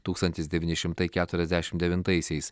tūkstantis devyni šimtai keturiasdešimtdevintaisiais